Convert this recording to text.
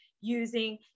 using